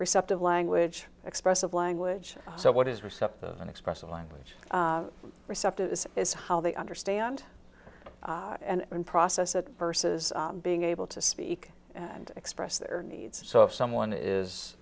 receptive language expressive language so what is receptive and expressive language receptive is how they understand and process it versus being able to speak and express their needs so if someone is